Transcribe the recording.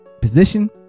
position